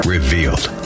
Revealed